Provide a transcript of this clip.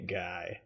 guy